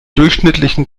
durchschnittlichen